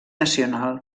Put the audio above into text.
nacional